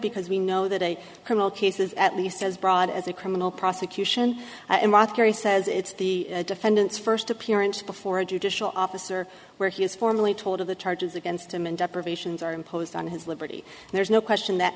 because we know that a criminal case is at least as broad as a criminal prosecution theory says it's the defendant's first appearance before a judicial officer where he is formally told of the charges against him and deprivations are imposed on his liberty there's no question that